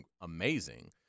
amazing